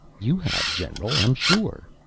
you have, general, i'm sure.